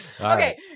Okay